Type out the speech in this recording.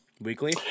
Weekly